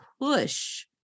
push